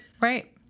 right